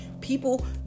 People